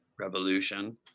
Revolution